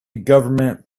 government